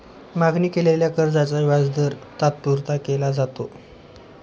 मागणी केलेल्या कर्जाचा व्याजदर तात्पुरता केला जातो